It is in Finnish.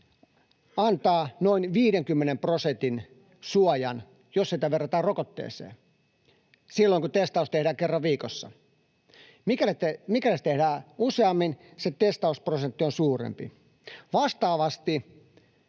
antaa noin 50 prosentin suojan, jos sitä verrataan rokotteeseen, silloin, kun testaus tehdään kerran viikossa. Mikäli se tehdään useammin, se prosentti on suurempi. Vastaavasti